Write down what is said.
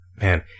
man